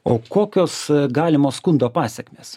o kokios galimos skundo pasekmės